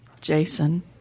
Jason